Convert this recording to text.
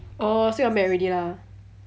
oh so y'all met already lah